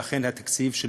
שאכן תקציב של